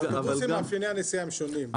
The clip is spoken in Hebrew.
באוטובוסים מאפייני הנסיעה הם שונים,